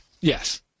Yes